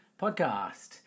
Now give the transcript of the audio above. podcast